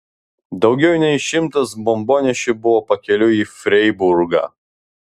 daugiau nei šimtas bombonešių buvo pakeliui į freiburgą